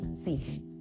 see